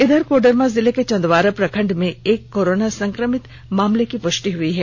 इधर कोडरमा जिले के चंदवारा प्रखंड में एक कोरोना संक्रमित मामले की पुष्टि हुई है